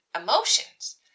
Emotions